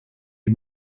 die